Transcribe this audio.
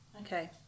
Okay